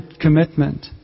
commitment